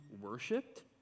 worshipped